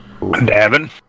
Davin